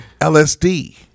LSD